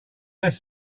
less